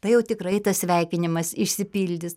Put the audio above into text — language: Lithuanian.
tai jau tikrai tas sveikinimas išsipildys